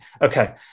Okay